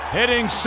hitting